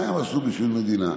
"מה הם עשו בשביל מדינה?"